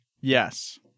Yes